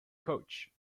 coach